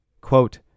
Quote